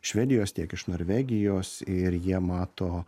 švedijos tiek iš norvegijos ir jie mato